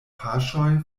paŝoj